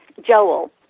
Joel